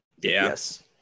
Yes